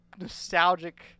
nostalgic